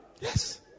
Yes